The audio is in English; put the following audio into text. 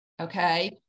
Okay